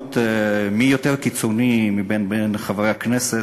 בתחרות מי יותר קיצוני מבין חברי הכנסת,